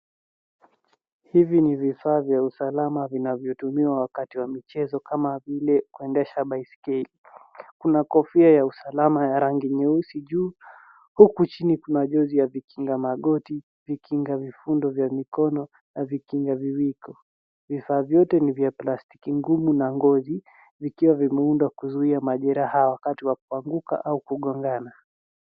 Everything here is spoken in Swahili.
Hivi ni vifaa vya usalama vinavyotumiwa wakati wa michezo kama vile kuendesha baiskeli. Kuna kofia ya usalama vya rangi nyeusi juu, huku chini kuna jozi ya vikinga magoti, vikinga vikundo vya mikono na vikinga viwiko. Vifaa vyote ni vya plastiki ngumu na ngozi vikiwa vimeundwa kuzuia majeraha wakati wa kuanguka au kugongana.